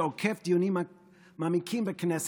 שעוקף דיונים מעמיקים בכנסת.